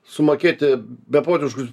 sumokėti beprotiškus